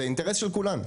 זה אינטרס של כולם.